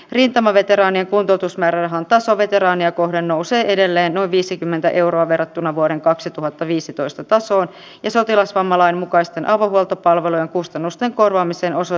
rintamaveteraanien kuntoutusmäärärahan taso veteraania kohden nousee edelleen noin tähän kuuluu kuvausryhmää cateringiä majoitusta matkustusta ja muita palveluja